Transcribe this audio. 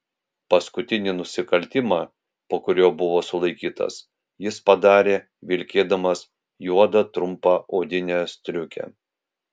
paskutinį nusikaltimą po kurio buvo sulaikytas jis padarė vilkėdamas juodą trumpą odinę striukę